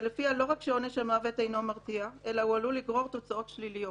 ולפיה לא רק שעונש המוות אינו מרתיע אלא הוא עלול לגרור תוצאות שליליות.